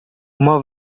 uma